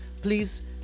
please